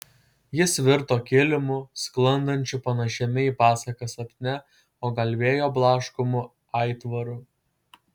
jis virto kilimu sklandančiu panašiame į pasaką sapne o gal vėjo blaškomu aitvaru